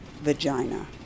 vagina